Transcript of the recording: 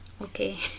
okay